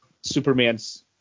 Superman's